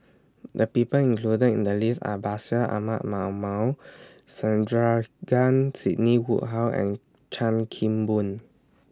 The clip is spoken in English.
The People included in The list Are Bashir Ahmad Mallal Sandrasegaran Sidney Woodhull and Chan Kim Boon